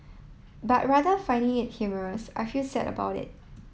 but rather finding it humorous I feel sad about it